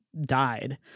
died